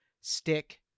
stick